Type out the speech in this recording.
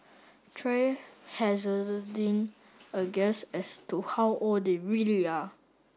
try hazarding a guess as to how old they really are